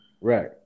right